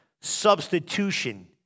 Substitution